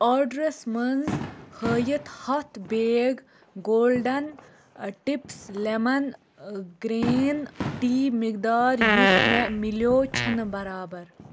آرڈرَس منٛز ہٲیِتھ ہَتھ bag golden tips lemon green tea مٮ۪قدار یُس مےٚ مِلیو چھَنہٕ برابر